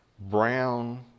brown